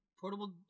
portable